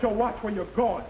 to watch when you're gone